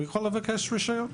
הוא יכול לבקש רישיון,